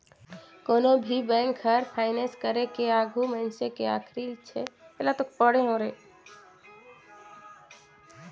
कोनो भी बेंक हर फाइनेस करे के आघू मइनसे के आखरी छे महिना के स्टेटमेंट जरूर देखथें